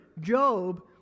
Job